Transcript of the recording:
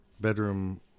bedroom